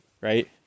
Right